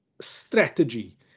strategy